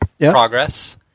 progress